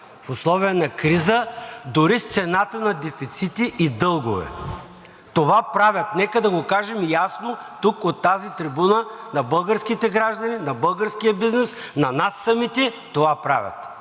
в условия на криза, дори с цената на дефицити и дългове. Това правят, нека да го кажем ясно тук, от тази трибуна, на българските граждани, на българския бизнес, на нас самите: това правят!